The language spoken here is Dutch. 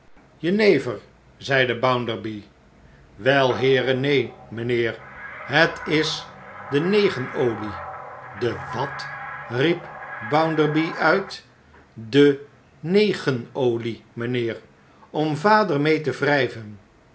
jenever zeide bounderby wel heere neen mijnheer het is de negenolie de wat riep bounderby uit de negen olie mijnheer om vader mee te wrijven